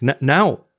Now